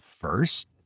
first